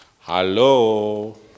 Hello